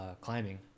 climbing